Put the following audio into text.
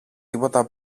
τίποτα